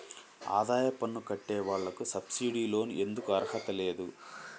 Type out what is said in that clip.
ఆదాయ పన్ను కట్టే వాళ్లకు సబ్సిడీ లోన్ ఎందుకు అర్హత లేదు?